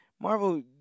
Marvel